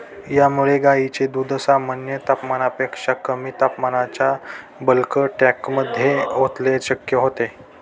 यामुळे गायींचे दूध सामान्य तापमानापेक्षा कमी तापमानाच्या बल्क टँकमध्ये ओतणे शक्य होते